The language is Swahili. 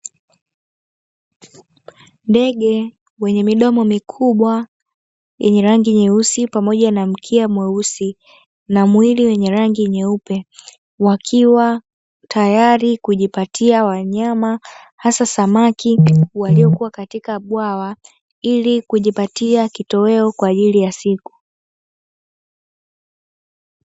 Ndege wenye midomo mikubwa yenye rangi nyeusi pamoja na mkia mweusi na mwili wenye rangi nyeupe, wakiwa tayari kujipatia wanyama, hasa samaki waliokuwa katika bwawa ili kujipatia kitoweo kwa ajili ya siku.